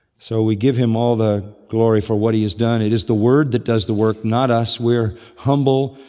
so we give him all the glory for what he has done. it is the word that does the work, not us. we're humble,